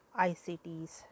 ICTs